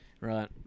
right